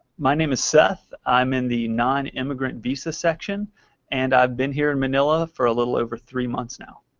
my name is seth. i'm in the non-immigrant visa section and i've been here in manila for a little over three months now.